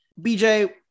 BJ